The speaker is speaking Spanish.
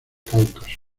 cáucaso